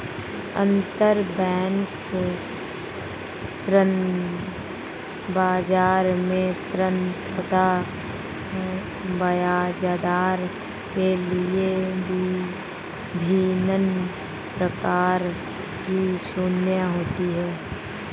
अंतरबैंक ऋण बाजार में ऋण तथा ब्याजदर के लिए विभिन्न प्रकार की श्रेणियां होती है